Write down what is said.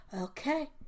okay